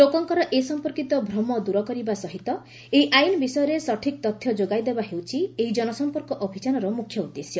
ଲୋକଙ୍କର ଏ ସଂପର୍କିତ ଭ୍ରମ ଦୂର କରିବା ସହିତ ଏହି ଆଇନ ବିଷୟରେ ସଠିକ୍ ତଥ୍ୟ ଯୋଗାଇଦେବା ହେଉଛି ଏହି ଜନସଂପର୍କ ଅଭିଯାନର ମୁଖ୍ୟ ଉଦ୍ଦେଶ୍ୟ